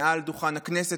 מעל דוכן הכנסת,